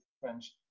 French